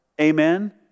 Amen